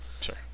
sure